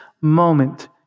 moment